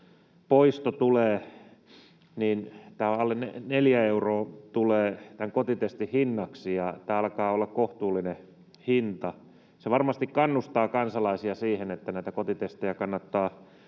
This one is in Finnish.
poisto tulee, niin alle neljä euroa tulee kotitestin hinnaksi, ja tämä alkaa olla kohtuullinen hinta. Se varmasti kannustaa kansalaisia siihen, että näitä kotitestejä kannattaa